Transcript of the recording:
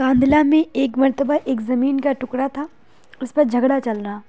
کاندھلہ میں ایک مرتبہ ایک زمین کا ٹکڑا تھا اس پہ جھگڑا چل رہا